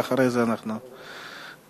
ואחרי כן אנחנו נצביע.